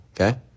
okay